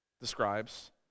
describes